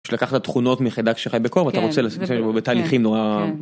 יש לקחת תכונות מחידק שחי בקור אתה רוצה בתהליכים נורא.